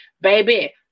baby